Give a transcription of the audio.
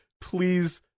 please